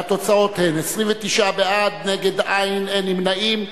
והתוצאות הן: 29 בעד, נגד אין, אין נמנעים.